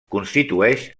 constitueix